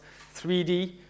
3D